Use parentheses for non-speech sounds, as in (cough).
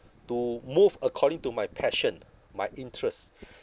to move according to my passion my interest (breath)